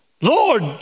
Lord